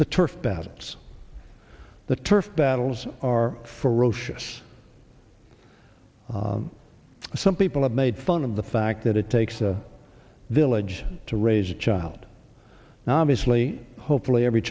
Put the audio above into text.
battles the turf battles are ferocious some people have made fun of the fact that it takes a village to raise a child now obviously hopefully every